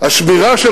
השמירה של